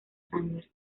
sander